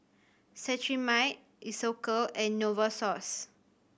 Cetrimide Isocal and Novosource